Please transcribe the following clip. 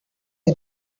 you